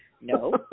No